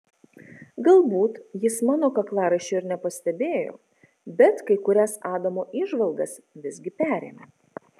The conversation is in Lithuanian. galbūt jis mano kaklaraiščio ir nepastebėjo bet kai kurias adamo įžvalgas visgi perėmė